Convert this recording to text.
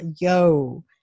yo